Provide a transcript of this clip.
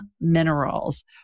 Minerals